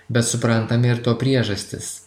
bet suprantame ir to priežastis